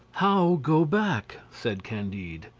how go back? said candide,